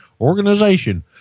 organization